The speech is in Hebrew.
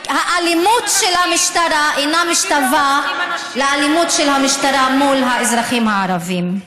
האלימות של המשטרה אינה משתווה לאלימות של המשטרה מול אזרחים ערבים.